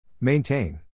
Maintain